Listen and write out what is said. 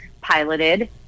piloted